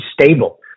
stable